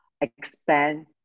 expand